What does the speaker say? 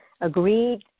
agreed